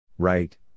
Right